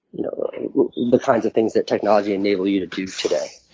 you know and the kinds of things that technology enables you to do today.